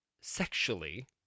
sexually